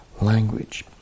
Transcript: language